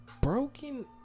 Broken